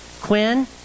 Quinn